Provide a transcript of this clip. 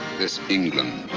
this england.